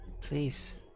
Please